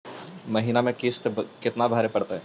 महीने में किस्त कितना भरें पड़ेगा?